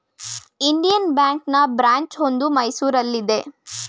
Indian ಬ್ಯಾಂಕ್ನ branch ಒಂದು ಮೈಸೂರಲ್ಲಿದೆ